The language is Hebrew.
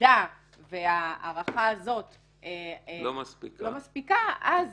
במידה וההארכה הזאת לא מספיקה, אז